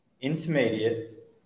intermediate